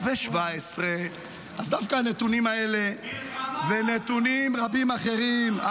2,217. אז דווקא הנתונים האלה ונתונים רבים אחרים --- מלחמה.